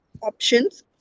options